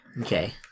Okay